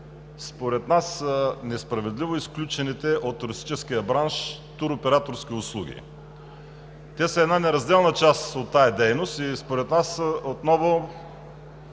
според нас несправедливо изключените от туристическия бранш туроператорски услуги. Те са една неразделна част от тази дейност и според нас процесът